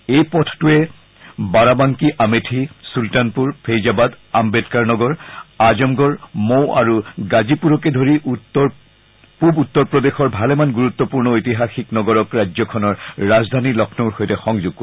এই পথটোৱে বাৰাবাংকী আমেথি চূলতানপুৰ ফেইজাবাদ আম্বেদকাৰনগৰ আজমগড মৌ আৰু গাজিপুৰকে ধৰি পুব উত্তৰ প্ৰদেশৰ ভালেমান গুৰুত্বপূৰ্ণ ঐতিহাসিক নগৰক ৰাজ্যখনৰ ৰাজধানী লক্ষ্ণৌৰ সৈতে সংযোগ কৰিব